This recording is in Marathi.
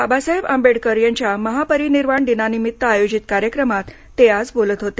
बाबासाहेब आंबेडकर यांच्या महापरिनिर्वाण दिनानिमित्त आयोजित कार्यक्रमात ते आज बोलत होते